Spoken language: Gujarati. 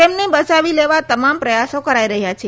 તેમને બચાવી લેવા તમામ પ્રયાસો કરાઈ રહ્યા છે